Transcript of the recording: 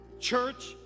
church